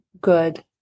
good